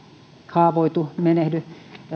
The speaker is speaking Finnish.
haavoitu tai menehdy